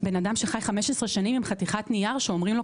בן אדם שחי 15 שנים הם חתיכת נייר שאומרים להם